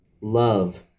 love